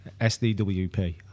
SDWP